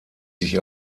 sich